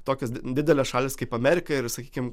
tokios didelės šalys kaip amerika ir sakykim